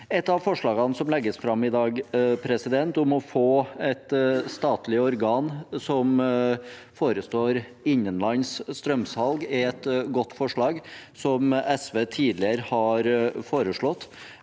Et av forslagene som legges fram i dag, om å få et statlig organ som forestår innenlands strømsalg, er et godt forslag og noe SV tidligere har foreslått,